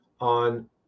on